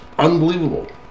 Unbelievable